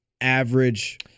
average